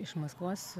iš maskvos